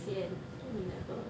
sian lucky we never